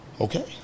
okay